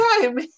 time